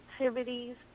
activities